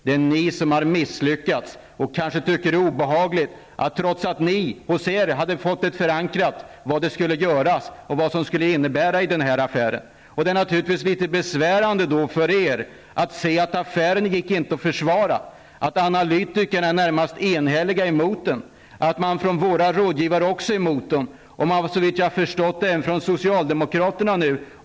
Det är ni som har misslyckats, och ni tycker kanske att det är obehagligt, trots att ni hos er hade fått förankrat vad som skulle göras och vad affären skulle innebära. Det är naturligtvis litet besvärande för er att affären inte gick att försvara, att analytikerna närmast enhälligt är emot den, att våra rådgivare är emot den och att man, nu också såvitt jag förstår, är emot den från socialdemokratisk sida.